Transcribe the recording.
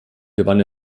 gewann